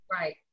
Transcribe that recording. Right